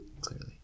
clearly